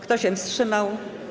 Kto się wstrzymał?